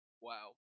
Wow